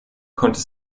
konnte